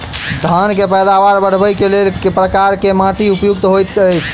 धान केँ पैदावार बढ़बई केँ लेल केँ प्रकार केँ माटि उपयुक्त होइत अछि?